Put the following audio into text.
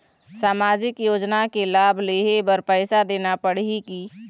सामाजिक योजना के लाभ लेहे बर पैसा देना पड़ही की?